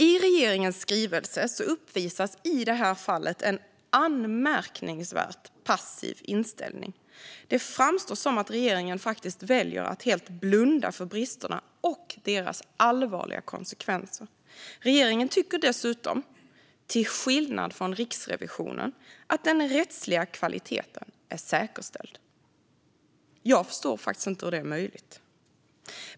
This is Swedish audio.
I regeringens skrivelse uppvisas i det här fallet en anmärkningsvärt passiv inställning. Det framstår som att regeringen väljer att helt blunda för bristerna och deras allvarliga konsekvenser. Regeringen tycker dessutom, till skillnad från Riksrevisionen, att den rättsliga kvaliteten är säkerställd. Jag förstår inte hur det är möjligt.